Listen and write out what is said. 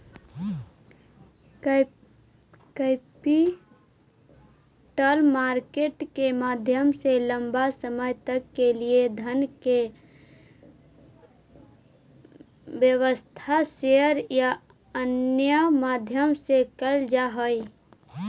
capital market के माध्यम से लंबा समय तक के लिए धन के व्यवस्था शेयर या अन्य माध्यम से कैल जा हई